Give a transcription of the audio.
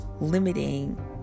limiting